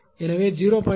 எனவே 0